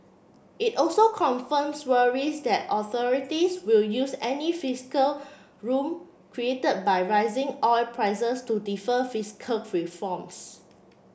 it also confirms worries that authorities will use any fiscal room created by rising oil prices to defer fiscal reforms